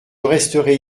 resterai